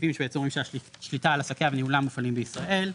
בסעיפים שהוא יצורים שהשליטה על עסקיה וניהולם מופעלים בישראל,